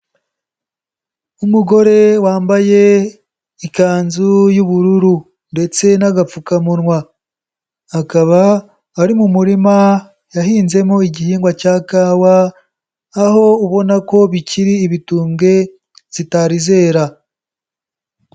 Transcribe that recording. Umugore wambaye ikanzu y'ubururu ndetse n'agapfukamunwa, akaba ari mu murima yahinzemo igihingwa cya kawa, aho ubona ko bikiri ibitubwe zitari zera.